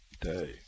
day